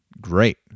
great